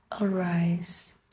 arise